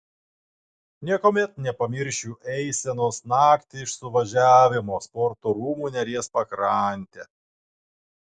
niekuomet nepamiršiu eisenos naktį iš suvažiavimo sporto rūmų neries pakrante